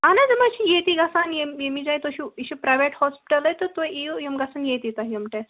اہن حظ اِم حظ چھِ یَتی گَژھان یَِمی جایہِ تُہۍ چھُہ یِہِ چھِ پرَیوِیٚٹ ہوسپِٹلٕی تہٕ تُہۍ اِیویِم گَژھن یَتی تۄہہِ یِم ٹیٚسٹ